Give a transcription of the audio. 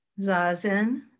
zazen